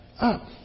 up